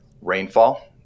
rainfall